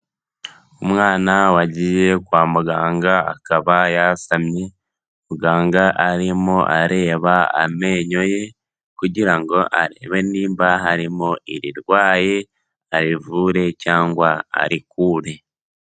Umwana wagiye kwa muganga akaba yasamye, muganga arimo areba amenyo ye kugirango arebe nimba harimo irirwaye arivure cyangwa arikure.